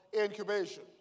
incubation